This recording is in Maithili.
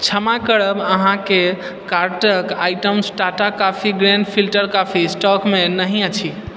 क्षमा करब अहाँक कार्टके आइटमसँ Tata coffee grand filter coffee स्टॉकमे नहि अछि